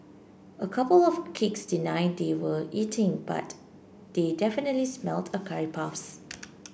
a couple of kids denied they were eating but they definitely smelled a curry puffs